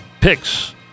picks